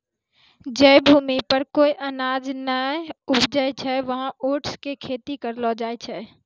जै भूमि पर कोय अनाज नाय उपजै छै वहाँ ओट्स के खेती करलो जाय छै